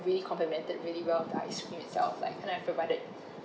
really complemented really well with the ice cream itself like kind of provided